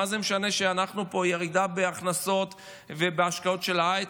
מה זה משנה שאנחנו פה בירידה בהכנסות ובהשקעות של ההייטק?